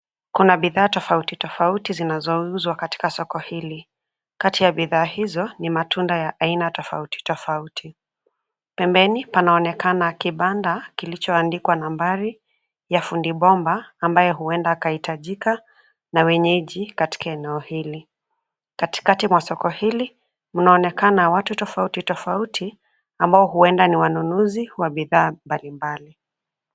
Kuna bidhaa tofauti, tofauti zinazouzwa katika soko hili. Kati ya bidhaa hizo ni matunda ya aina tofauti, tofauti. Pembeni panaonekana kibanda kilichoandikwa nambari ya fundi bomba ambaye huenda akahitajika na wenyeji katika eneo hili. Katikati mwa soko hili mnaonekana watu tofauti, tofauti ambao huenda ni wanunuzi wa bidhaa mbalimbali.